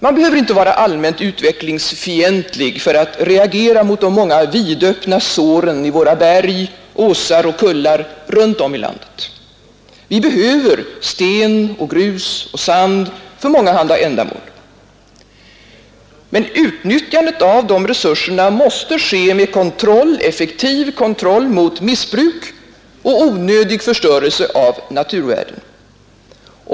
Man behöver inte vara allmänt utvecklingsfientlig för att reagera mot de vidöppna såren i våra berg, åsar och kullar runt om i landet. Vi behöver sten och grus och sand för mångahanda ändamål. Men utnyttjandet av de resurserna måste ske med effektiv kontroll mot missbruk och onödig förstörelse av naturvärden.